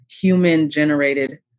human-generated